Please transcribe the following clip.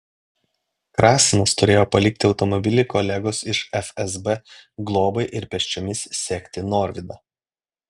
krasinas turėjo palikti automobilį kolegos iš fsb globai ir pėsčiomis sekti norvydą